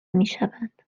میشود